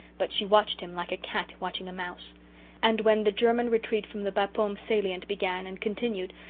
but she watched him like a cat watching a mouse and when the german retreat from the bapaume salient began and continued,